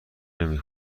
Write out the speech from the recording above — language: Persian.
نمی